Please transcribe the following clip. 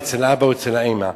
אצל האבא או אצל האמא.